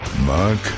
Mark